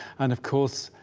and, of course,